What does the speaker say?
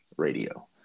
radio